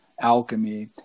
alchemy